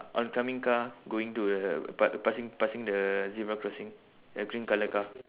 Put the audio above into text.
oncoming car going to the pa~ passing passing the zebra crossing the green colour car